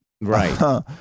Right